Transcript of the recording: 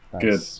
Good